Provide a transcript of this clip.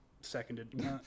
seconded